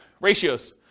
ratios